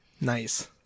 Nice